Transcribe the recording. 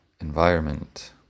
environment